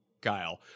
Kyle